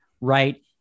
right